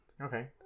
Okay